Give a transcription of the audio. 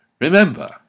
Remember